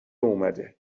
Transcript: اومده